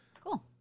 Cool